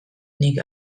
nik